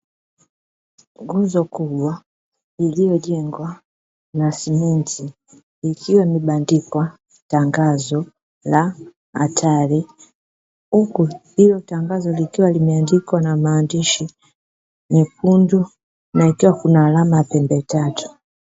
Nguzo kubwa iliyojengwa na simenti, ikiwa imebandikwa tangazo la hatari huku hilo tangazo likiwa limeandikwa na maandishi mekundu, na ikiwa kuna alama ya pembe tatu.